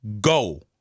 go